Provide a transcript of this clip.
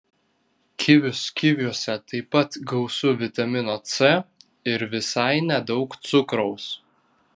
kivius kiviuose taip pat gausu vitamino c ir visai nedaug cukraus